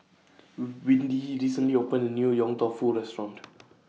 Windy recently opened A New Yong Tau Foo Restaurant